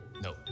No